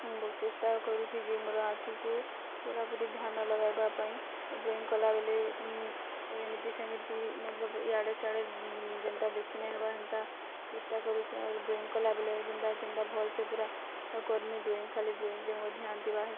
ବହୁତ ଚେଷ୍ଟା କରୁଛି ଯେ ମୋର ଆଖିକୁ ପୁରାପୁରି ଧ୍ୟାନ ଲଗାଇବା ପାଇଁ ଓ ଡ୍ରଇଂ କଲା ବେଲେ ଏମିତି ସେମିତି ମତଲବ ଇଆଡ଼େ ସିଆଡ଼େ ଯେନ୍ତା ନାହିଁ ହବା ହେନ୍ତା ଚେଷ୍ଟା କରୁଛେ ଆଉ ଡ୍ରଇଂ କଲା ବେଲେ ଯେନ୍ତା କେନ୍ତା ଭଲ ସେ ପୁରା କର୍ମି ଡ୍ରଇଂ ଖାଲି ଡ୍ରଇଂରେ ମୋର ଧ୍ୟାନ ଥିବା ହେ